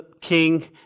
King